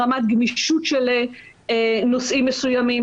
ברמת גמישות של נושאים מסוימים.